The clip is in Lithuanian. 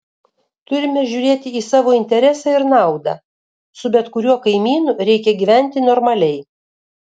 turime žiūrėti į savo interesą ir naudą su bet kuriuo kaimynu reikia gyventi normaliai